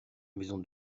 maison